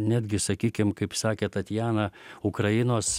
netgi sakykim kaip sakė tatjana ukrainos